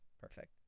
perfect